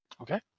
Okay